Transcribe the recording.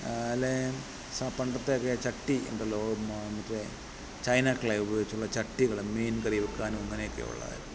അല്ലേ പണ്ടത്തൊക്കെ ചട്ടി ഉണ്ടല്ലോ മറ്റേ ചൈന ക്ലേ ഉപയോഗിച്ചുള്ള ചട്ടികൾ മീൻ കറി വെക്കാനും അങ്ങനെയൊക്കെയുള്ള